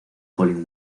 collin